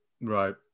Right